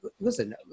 listen